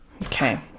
Okay